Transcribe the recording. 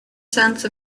sense